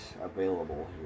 available